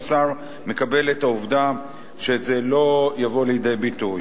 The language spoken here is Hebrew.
והשר מקבל את העובדה שזה לא יבוא לידי ביטוי.